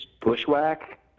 bushwhack